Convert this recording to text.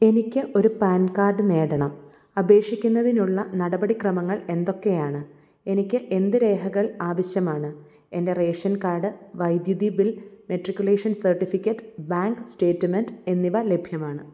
എനിക്ക് ഒരു pan card നേടണം അപേക്ഷിക്കുന്നതിനുള്ള നടപടിക്രമങ്ങൾ എന്തൊക്കെയാണ് എനിക്ക് എന്ത് രേഖകൾ ആവശ്യമാണ് എൻ്റെ റേഷൻ കാർഡ് വൈദ്യുതി bill matriculation certificate bank statement എന്നിവ ലഭ്യമാണ്